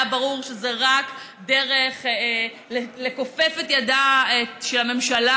היה ברור שזה רק דרך לכופף את ידה של הממשלה